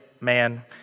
man